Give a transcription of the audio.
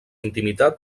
intimitat